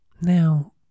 Now